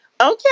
okay